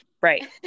right